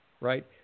right